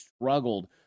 struggled